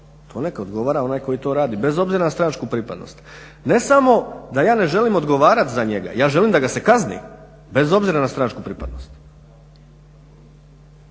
To neka odgovara onaj koji to radi, bez obzira na stranačku pripadnost. Ne samo da ja ne želim odgovarati za njega, ja želim da ga se kazni bez obzira na stranačku pripadnost.